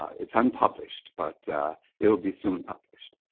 it's unpublished but it will be soon published.